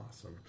awesome